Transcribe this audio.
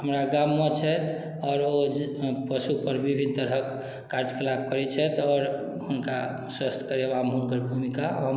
हमरा गाममे छथि आओर ओ जे पशुपर विभिन्न तरहक कार्यकलाप करैत छथि आओर हुनका स्वस्थ करेबामे हुनकर भूमिका अहम